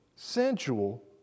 sensual